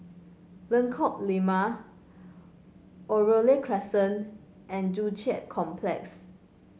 Lengkok Lima Oriole Crescent and Joo Chiat Complex